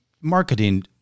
marketing